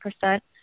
percent